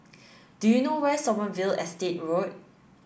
do you know where is Sommerville Estate Road